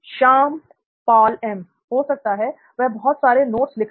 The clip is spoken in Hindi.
श्याम पॉल एम हो सकता है वह बहुत सारे नोट्स लिख रहा हो